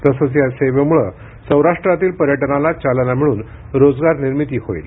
तसंच या सेवेमुळं सौराष्ट्रातील पर्यटनाला चालना मिळून रोजगार निर्मिती होईल